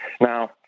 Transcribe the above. Now